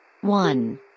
one